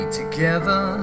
together